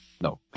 no